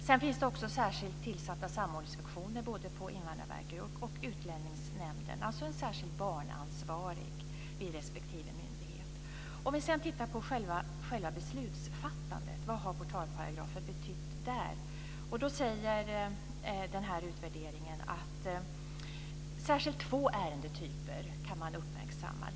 Sedan finns det särskilt tillsatta samordningsfunktioner på Invandrarverket och Utlänningsnämnden, dvs. en särskilt barnansvarig vid respektive myndighet. Vad har portalparagrafen sedan betytt för själva beslutsfattandet? Av utvärderingen framgår att särskilt två ärendetyper kan uppmärksammas.